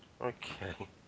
Okay